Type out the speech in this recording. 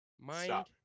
Mind